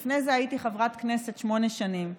לפני זה הייתי חברת כנסת שמונה שנים.